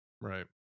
Right